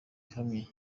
ihamye